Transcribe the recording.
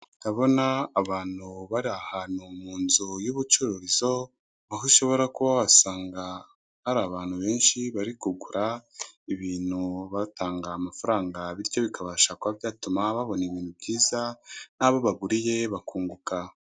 Ndabona abantu bari ahantu mu nzu y'ubucururizo, aho ushobora kuba wasanga hari abantu benshi bari kugura ibintu batanga amafaranga bityo bikabasha kuba byatuma babona ibintu byiza n'abo baguriye bakunguka.